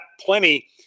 plenty